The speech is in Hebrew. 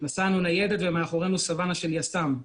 נסענו ניידת ומאחורינו סוואנה של יס"מ.